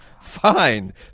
fine